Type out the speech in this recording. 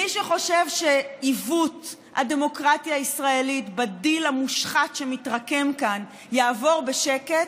מי שחושב שעיוות הדמוקרטיה הישראלית בדיל המושחת שמתרקם כאן יעבור בשקט,